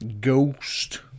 Ghost